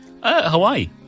Hawaii